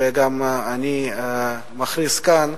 ואני גם מכריז כאן,